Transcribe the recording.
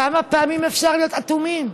כמה פעמים אפשר להיות אטומים?